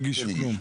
הגישו.